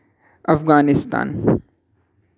Afghanistan